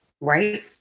right